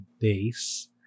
days